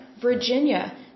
Virginia